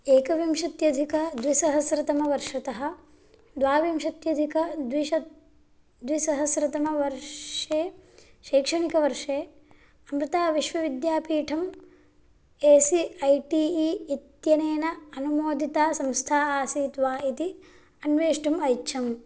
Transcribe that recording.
एकविंशत्यधिकद्विसहस्रतमवर्षतः द्वाविंशत्यधिक द्विसहस्रतमवर्षे शैक्षणिकवर्षे अमृता विश्वविद्यापीठम् A C I T E इत्यनेन अनुमोदिता संस्था आसीत् वा इति अन्वेष्टुम् ऐच्छम्